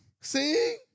see